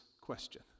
question